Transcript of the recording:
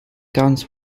guns